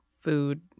food